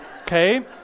Okay